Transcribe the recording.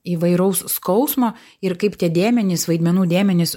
įvairaus skausmo ir kaip tie dėmenys vaidmenų dėmenys